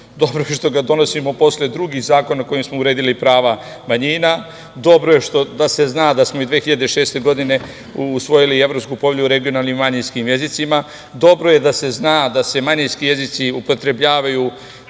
Dobro je što ga donosimo posle drugih zakona kojima smo uredili prava manjina. Dobro je da se zna da smo i 2006. godine usvojili Evropsku povelju o regionalnim manjinskim jezicima. Dobro je da se zna da se manjinski jezici upotrebljavaju